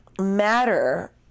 matter